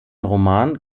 roman